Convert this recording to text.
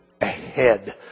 ahead